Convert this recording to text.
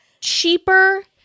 Cheaper